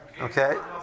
Okay